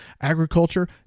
agriculture